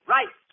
Right